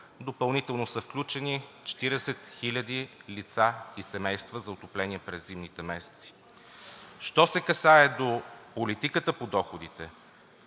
Допълнително са включени 40 хиляди лица и семейства за отопление през зимните месеци. Що се касае до политиката по доходите,